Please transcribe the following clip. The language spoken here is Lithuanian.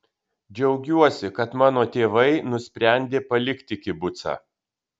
džiaugiuosi kad mano tėvai nusprendė palikti kibucą